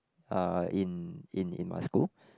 uh in in in my school